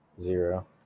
Zero